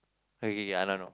okay K K I know I know